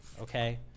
Okay